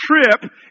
trip